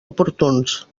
oportuns